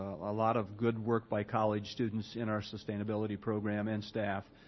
a lot of good work by college students in our sustainability program, and staff,